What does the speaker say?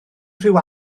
rhyw